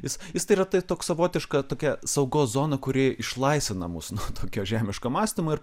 jis jis tai yra tai toks savotiška tokia saugos zona kuri išlaisvina mus nuo tokio žemiško mąstymo ir